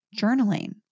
journaling